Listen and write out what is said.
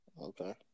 Okay